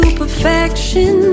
perfection